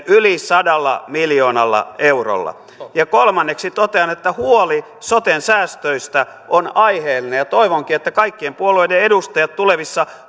yli sadalla miljoonalla eurolla kolmanneksi totean että huoli soten säästöistä on aiheellinen toivonkin että kaikkien puolueiden edustajat tulevissa